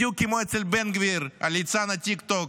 בדיוק כמו אצל בן גביר, ליצן הטיק-טוק